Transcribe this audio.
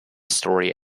story